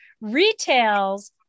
Retails